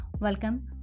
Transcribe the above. Welcome